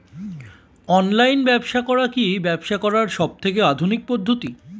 Online ব্যবসা করে কি ব্যবসা করার সবথেকে আধুনিক পদ্ধতি?